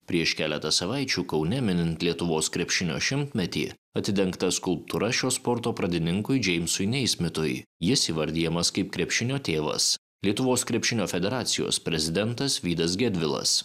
prieš keletą savaičių kaune minint lietuvos krepšinio šimtmetį atidengta skulptūra šio sporto pradininkui džeimsui neismitui jis įvardijamas kaip krepšinio tėvas lietuvos krepšinio federacijos prezidentas vydas gedvilas